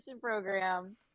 Program